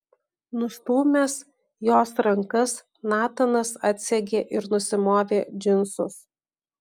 nustūmęs jos rankas natanas atsegė ir nusimovė džinsus